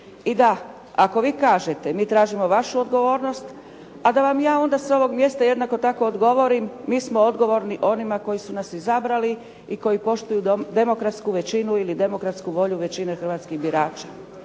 I da ako vi kažete mi tražimo vašu odgovornosti, a da vam ja onda s ovog mjesta jednako tako odgovorim mi smo odgovorni onima koji su nas izabrali i koji poštuju demokratsku većinu ili demokratsku volju većine hrvatskih birača.